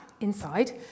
inside